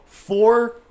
four